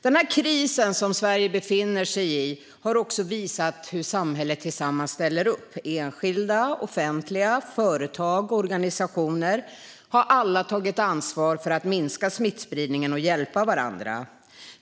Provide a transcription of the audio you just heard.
Den här krisen som Sverige befinner sig i har också visat hur samhället ställer upp. Enskilda, det offentliga, företag och organisationer har alla tagit ansvar för att minska smittspridningen och hjälpa varandra.